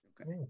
Okay